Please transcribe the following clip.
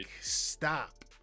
stop